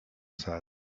said